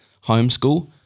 homeschool